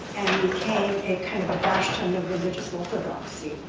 became a kind of bastion of religious orthodoxy.